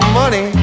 money